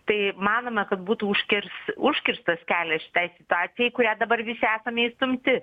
tai manome kad būtų užkirs užkirstas kelias šitai situacijai į kurią dabar visi esame įstumti